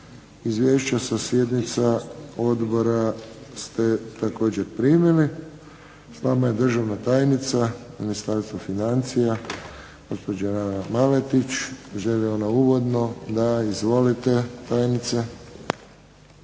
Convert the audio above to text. Izvješća sa sjednica odbora ste također primili. S nama je državna tajnica u Ministarstvu financija gospođa Ivana Maletić. Želi li ona uvodno? Da. Izvolite tajnice.